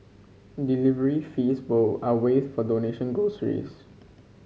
delivery fees both are waived for donated groceries